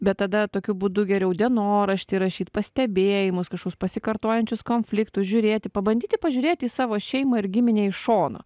bet tada tokiu būdu geriau dienoraštį rašyt pastebėjimus kažkokius pasikartojančius konfliktus žiūrėti pabandyti pažiūrėti į savo šeimą ir giminę iš šono